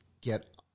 get